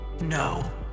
No